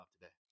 today